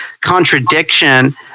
contradiction